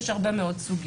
יש הרבה מאוד סוגים.